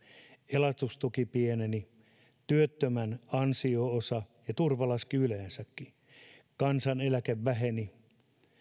elatustuki pieneni työttömän ansio osa ja turva yleensäkin laski kansaneläke väheni